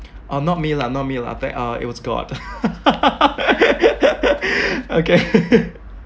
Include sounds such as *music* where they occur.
uh not me lah not me lah that uh it was god *laughs* okay